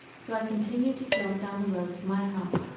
so i continued to jog down the road to my house,